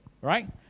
right